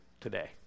today